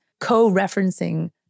co-referencing